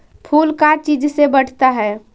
फूल का चीज से बढ़ता है?